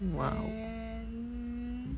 !wow!